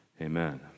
amen